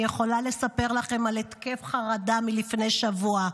אני יכולה לספר לכם על התקף חרדה מלפני שבוע,